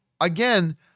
again